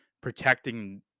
protecting